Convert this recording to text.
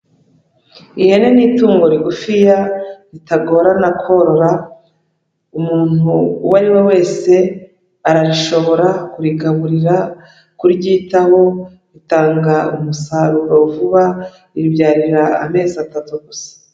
Ihene ni itungo rigufiya ritagorana korora, umuntu uwo ari we wese ararishobora kurigaburira, kuryitaho, ritanga umusaruro vuba, ribyarira amezi atatu gusa.